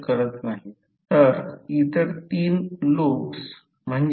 6 आहे म्हणून त्याला स्टेनमेट्झ कॉन्स्टंट म्हणतात